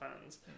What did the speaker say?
fans